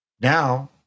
Now